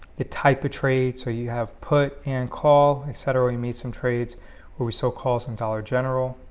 the type a trade so you have put and call etc we made some trades where we so calls in dollar general